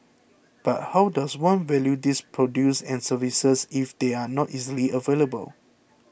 but how does one value these produce and services if they are not easily available